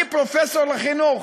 אני פרופסור לחינוך,